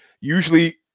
usually